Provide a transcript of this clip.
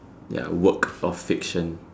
ya work of fiction